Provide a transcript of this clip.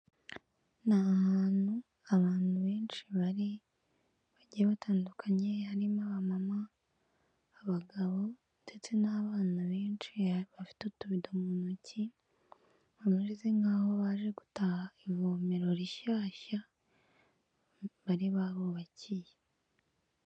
Ni ahantu abantu benshi bari, bagiye batandukanye. Harimo abamama, abagabo ndetse n'abana benshi, bafite utubido twinshi muntoki. Bameze nk'aho baje gutaha ivomero rishyashya bari babubakiye.